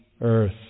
earth